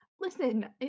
Listen